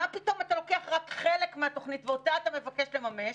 מה פתאום אתה לוקח רק חלק מהתוכנית ואותה אתה מבקש לממש?